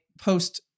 post